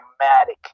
dramatic